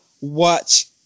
watch